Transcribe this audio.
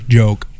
joke